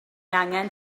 angen